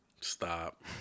Stop